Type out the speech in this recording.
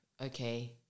okay